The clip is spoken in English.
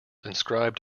inscribed